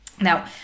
Now